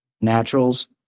naturals